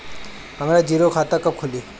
हमरा जीरो खाता कब खुली?